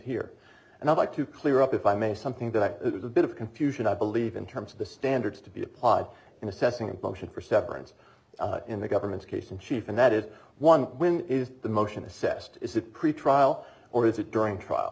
here and i'd like to clear up if i may something to that there's a bit of confusion i believe in terms of the standards to be applied in assessing a motion for severance in the government's case in chief and that is one when is the motion assessed is a pretty trial or is it during trial